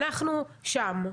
אנחנו שם.